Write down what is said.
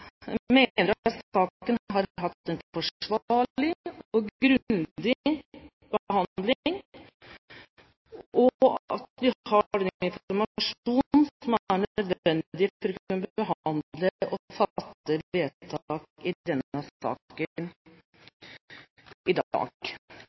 mener at saken har hatt en forsvarlig og grundig behandling, og at vi har den informasjon som er nødvendig for å kunne behandle og fatte vedtak i